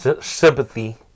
sympathy